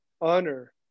honor